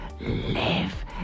live